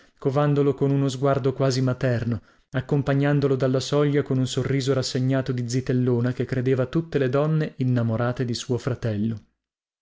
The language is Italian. covandolo con uno sguardo quasi materno accompagnandolo dall'uscio con un sorriso rassegnato di zitellona che credeva tutte le donne innamorate di suo fratello